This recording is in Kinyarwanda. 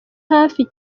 hafi